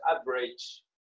average